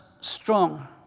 strong